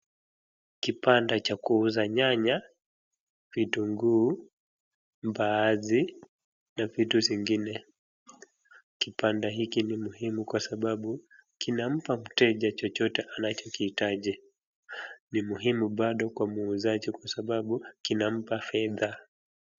Kibanda cha kuuza nyanya, vitunguu, mbaazi na vitu zingine. Kibanda hiki ni muhimu kwa sababu kinampa mteja chochote anachokihitaji. Ni muhimu bado kwa muuzaji kwa sababu kinampa fedha.